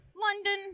London